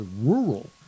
rural